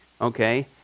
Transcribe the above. Okay